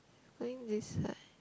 I think this side